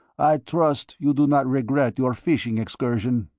i trust you do not regret your fishing excursion?